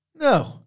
No